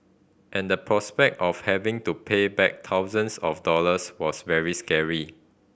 and the prospect of having to pay back thousands of dollars was very scary